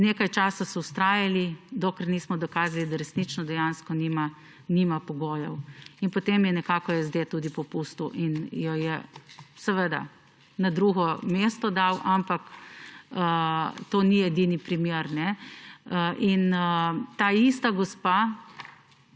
nekaj časa so vztrajali, dokler nismo dokazali, da resnično dejansko nima pogojev. Potem je nekako SD tudi popustil in jo je seveda dal na drugo mesto. Ampak to ni edini primer. In ta ista gospa,